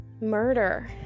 murder